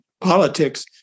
politics